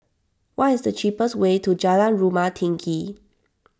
what is the cheapest way to Jalan Rumah Tinggi